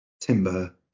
timber